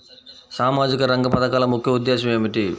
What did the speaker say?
సామాజిక రంగ పథకాల ముఖ్య ఉద్దేశం ఏమిటీ?